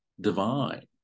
divine